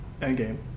Endgame